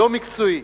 לא מקצועי.